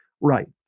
right